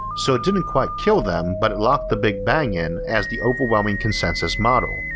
so it didn't quite kill them but it locked the big bang in as the overwhelming consensus model.